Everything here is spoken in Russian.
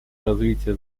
развития